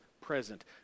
present